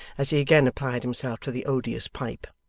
as he again applied himself to the odious pipe.